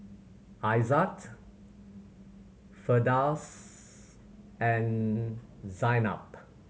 Aizat Firdaus and Zaynab